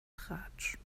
tratsch